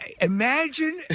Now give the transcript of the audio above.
Imagine